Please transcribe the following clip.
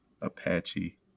Apache